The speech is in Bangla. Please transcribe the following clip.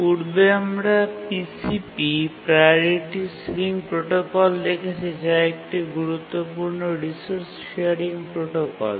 পূর্বে আমরা PCP প্রাওরিটি সিলিং প্রোটোকল দেখেছি যা একটি গুরুত্বপূর্ণ রিসোর্স শেয়ারিং প্রোটোকল